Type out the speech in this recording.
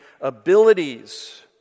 abilities